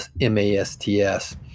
M-A-S-T-S